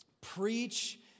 Preach